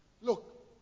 Look